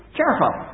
careful